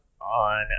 on